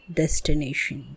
destination